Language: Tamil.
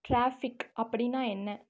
ட்ராஃபிக் அப்படின்னா என்ன